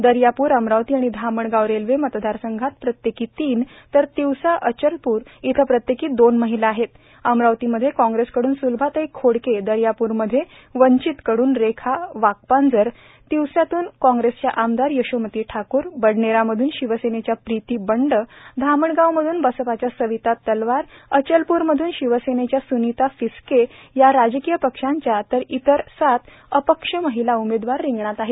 दर्यापूर अमरावती आणि धामणगाव रेल्वे मतदारसंघात प्रत्येकी तीन तर तिवसा अचलप्र प्रत्येकी दोन महिला आहेत अमरावतीमध्ये काँग्रेसकड्रन स्लभाताई खोडके दर्याप्र मध्ये वंचित कड्रन रेखा वाकपांजर तिवसातून काँग्रेसच्या आमदार यशोमती ठाकूर बडनेरा मधून शिवसेनेच्या प्रीती बँड धामणगाव मधून बसपाच्या सविता तलवार अचलप्र मधून शिवसेनेच्या स्निता फिसके या राजकीय पक्षांच्या तर इतर सात अपक्ष महिला उमेदवार रिंगणात आहेत